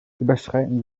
überschreiten